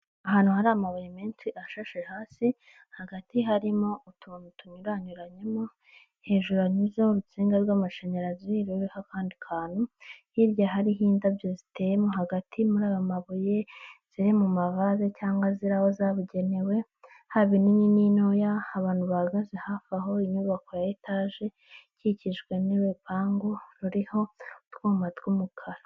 Ahantu hari amabuye menshi ashashe hasi hagati harimo utuntu tunyuranyuranyemo, hejuru hanyuzeho urutsinga rw'amashanyarazi ruriho akandi kantu, hirya hariho indabyo ziteyemo hagati muri aya mabuye ziri mu mavaze cyangwa ziri aho zabugenewe, haba inini n'intoya abantu bahagaze hafi aho, inyubako ya etaje ikikijwe n'urupangu ruriho utwuma tw'umukara.